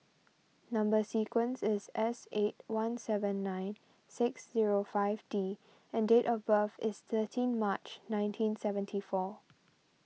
Number Sequence is S eight one seven nine six zero five D and date of birth is thirteen March nineteen seventy four